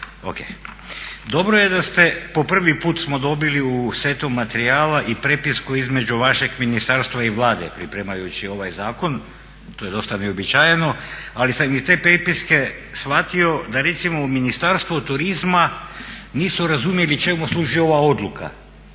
Dobro je da ste, po prvi put smo dobili u setu materijala i prepisku između vašeg ministarstva i Vlade pripremajući ovaj zakon, to je dosta neuobičajeno, ali sam iz te prepiske shvatio da recimo u Ministarstvu turizma nisu razumjeli čemu služi ova odluka